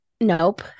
Nope